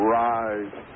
rise